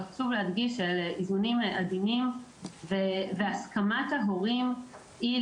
אבל חשוב להדגיש שאלה איזונים עדינים והסכמת ההורים לא